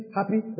happy